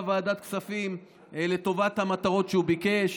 ועדת כספים לטובת המטרות שהוא ביקש,